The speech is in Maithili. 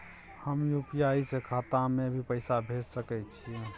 हम यु.पी.आई से खाता में भी पैसा भेज सके छियै?